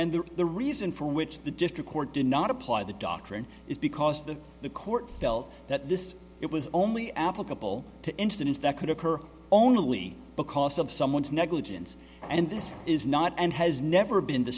and that the reason for which the district court did not apply the doctrine is because the the court felt that this it was only applicable to instance that could occur only because of someone's negligence and this is not and has never been the